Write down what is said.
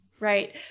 Right